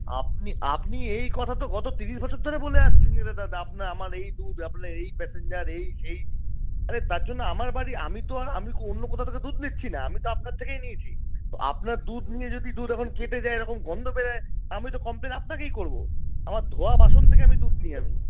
আপনি আপনি এই কথাতো গত তিরিশ বছর ধরে বলে আসছেন যে দাদা আপনার আমার এই দুধ আপনার এই প্যাসেঞ্জার এই সেই আরে তার জন্যে আমার বাড়ি আমি তো আর আমি অন্য কোথা থেকেও দুধ নিচ্ছিনা আমি তো আপনার থেকেই নিয়েছি তো আপনার দুধ নিয়ে যদি দুধ এখন কেটে যায় এরম গন্ধ বেরোয় আমি তো কমপ্লেন আপনাকেই করবো আমার ধোয়া বাসন থেকে আমি দুধ নিই আমি